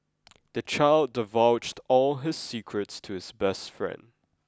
the child divulged all his secrets to his best friend